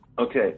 Okay